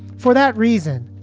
for that reason,